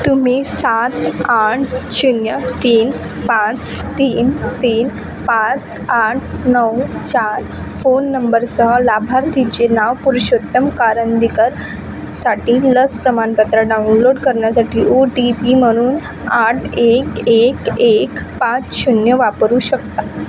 तुम्ही सात आठ शून्य तीन पाच तीन तीन पाच आठ नऊ चार फोन नंबरसह लाभार्थीचे नाव पुरुषोत्तम कारंदीकर साठी लस प्रमाणपत्र डाउनलोड करण्यासाठी ओ टी पी म्हणून आठ एक एक एक पाच शून्य वापरू शकतात